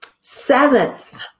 seventh